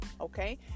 Okay